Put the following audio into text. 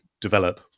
develop